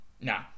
no